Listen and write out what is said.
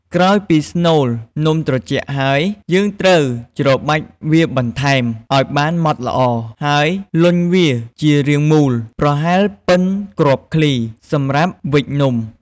ក្រោយពីស្នូលនំត្រជាក់ហើយ យើងត្រូវច្របាច់វាបន្ថែម ឱ្យបានម៉ដ្ឋល្អ ហើយលុញវា ជារាងមូល ប្រហែលបុិនគ្រាប់ឃ្លី សម្រាប់វេចនំ។